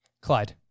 Clyde